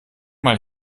mal